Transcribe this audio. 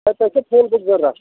آ سۄ چھو فُل تۄہہِ ضروٗرت